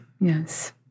yes